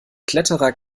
kletterer